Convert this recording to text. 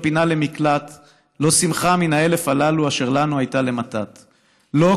לא פינה למקלט / לא שמחה מן האלף הללו / אשר לנו היו למתת / לא,